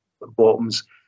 bottoms